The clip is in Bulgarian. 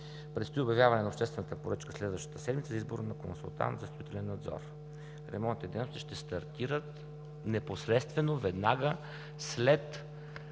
Предстои обявяване на обществената поръчка следващата седмица за избор на консултант за строителен надзор. Ремонтите и дейностите ще стартират непосредствено веднага след